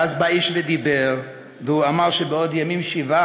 / ואז בא איש ודיבר, / והוא אמר שבעוד ימים שבעה,